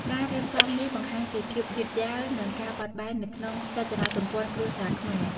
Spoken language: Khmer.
ការរៀបចំនេះបង្ហាញពីភាពយឺតយាវ និងការបត់បែននៅក្នុងរចនាសម្ព័ន្ធគ្រួសារខ្មែរ។